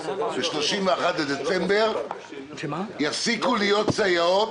ב-31 בדצמבר לא תהיינה יותר סייעות